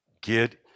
get